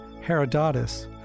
Herodotus